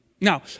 Now